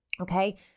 okay